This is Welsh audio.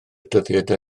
dyddiadau